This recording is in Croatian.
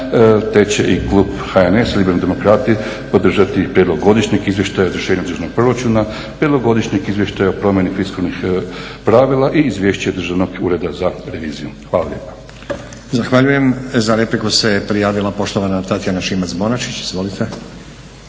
te će i klub HNS-a Liberalni demokrati podržati Prijedlog godišnjeg izvještaja o izvršenju državnog proračuna, Prijedlog godišnjeg izvještaja o promjeni fiskalnih pravila i izvješće Državnog ureda za reviziju. Hvala lijepo. **Stazić, Nenad (SDP)** Zahvaljujem. Za repliku se prijavila poštovana Tatjana Šimac-Bonačić. Izvolite.